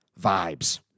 vibes